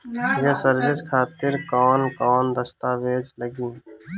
ये सर्विस खातिर कौन कौन दस्तावेज लगी?